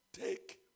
Take